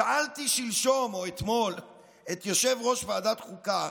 שאלתי שלשום או אתמול את יושב-ראש ועדת החוקה